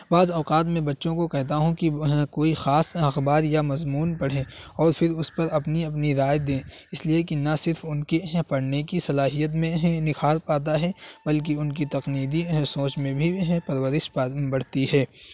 بعض اوقات میں بچوں کو کہتا ہوں کہ کوئی خاص اخبار یا مضمون پڑھیں اور پھر اس پر اپنی اپنی رائے دیں اس لیے کہ نہ صرف ان کی پڑھنے کی صلاحیت میں نکھار پاتا ہے بلکہ ان کی تنقیدی سوچ میں بھی پرورش بڑھتی ہے